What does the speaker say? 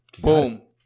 boom